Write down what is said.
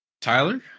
Tyler